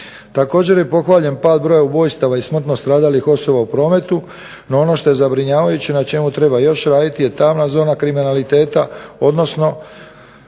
Također je pohvaljen pad broja ubojstava i smrtno stradalih osoba u prometu. No, ono što je zabrinjavajuće, na čemu treba još raditi je tamna zona kriminaliteta, odnosno